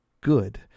good